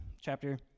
Chapter